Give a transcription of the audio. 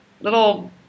little